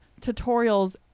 tutorials